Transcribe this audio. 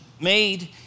made